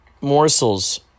morsels